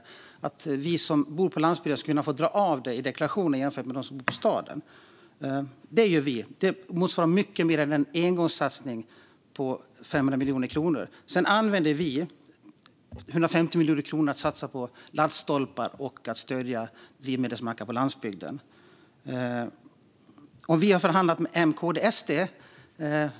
Vi anser att vi som bor på landsbygden ska kunna få göra avdrag för detta i deklarationen, till skillnad från dem som bor i staden. Detta är vad vi vill göra, och det motsvarar mycket mer än en engångssatsning på 500 miljoner kronor. Sedan vill vi satsa 150 miljoner kronor på laddstolpar och för att stödja drivmedelsmackar på landsbygden. Jag fick frågan om vi har förhandlat med M, KD och SD.